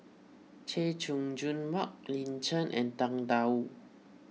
Chay Jung Jun Mark Lin Chen and Tang Da Wu